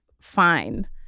fine